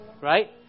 Right